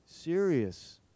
serious